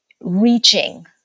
reaching